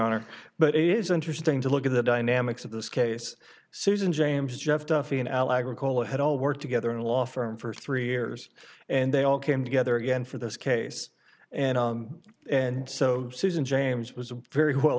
honor but it is interesting to look at the dynamics of this case susan james jeff duffy and al agricola had all worked together in a law firm for three years and they all came together again for this case and and so susan james was a very well